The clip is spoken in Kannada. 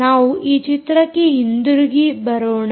ನಾವು ಈ ಚಿತ್ರಕ್ಕೆ ಹಿಂದಿರುಗಿ ಬರೋಣ